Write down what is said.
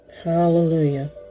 Hallelujah